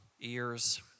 ears